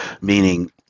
meaning